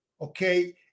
okay